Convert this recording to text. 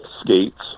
skates